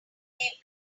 leave